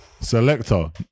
selector